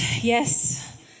yes